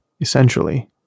essentially